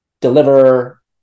deliver